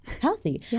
healthy